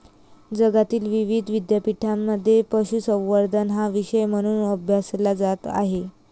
जगातील विविध विद्यापीठांमध्ये पशुसंवर्धन हा विषय म्हणून अभ्यासला जात आहे